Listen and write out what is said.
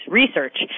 research